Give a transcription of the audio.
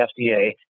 FDA